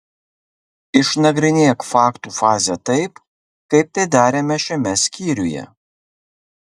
išnagrinėk faktų fazę taip kaip tai darėme šiame skyriuje